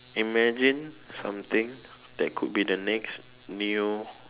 imagine something that could be the next meal